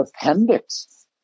appendix